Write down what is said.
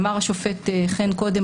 אמר השופט חן קודם,